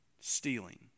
stealing